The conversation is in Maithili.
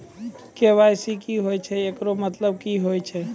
के.वाई.सी की होय छै, एकरो मतलब की होय छै?